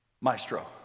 Maestro